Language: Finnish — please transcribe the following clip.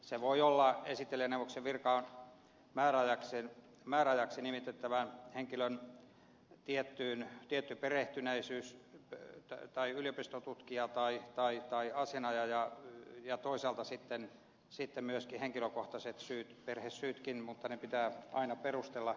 se voi olla esittelijäneuvoksen virkaan määräajaksi nimitettävän henkilön tietyn alan perehtyneisyys hän voi olla yliopistotutkija tai asianajaja ja toisaalta sitten voivat tulla kyseeseen myöskin henkilökohtaiset syyt perhesyytkin mutta ne pitää aina perustella